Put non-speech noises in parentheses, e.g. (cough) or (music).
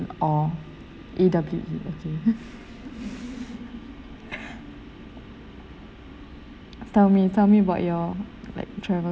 awe A W E okay (laughs) tell me tell me about your like travel